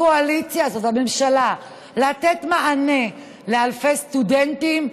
הקואליציה הזאת והממשלה, לתת מענה לאלפי סטודנטים,